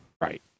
Right